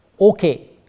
Okay